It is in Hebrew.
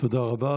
תודה רבה.